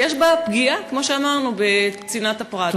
ויש בה פגיעה, כמו שאמרנו, בצנעת הפרט.